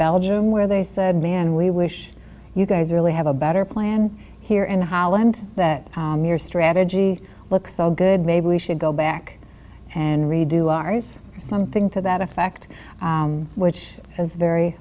belgium where they said man we wish you guys really have a better plan here in holland that your strategy looks so good maybe we should go back and redo r's something to that effect which is very